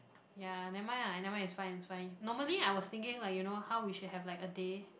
ya never mind ah never mind is fine is fine normally I was thinking like you know how we should have like a day